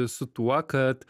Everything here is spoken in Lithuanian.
su tuo kad